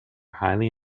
highly